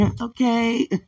Okay